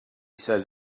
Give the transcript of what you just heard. says